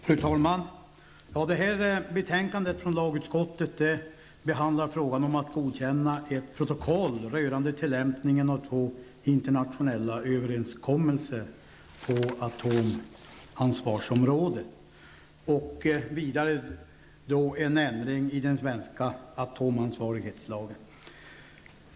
Fru talman! Detta betänkande från lagutskottet behandlar frågan om att godkänna ett protokoll rörande tillämpningen av två internationella överenskommelser på atomansvarighetsområdet och vidare en ändring i den svenska atomansvarighetslagen.